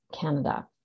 Canada